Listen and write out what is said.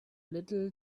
little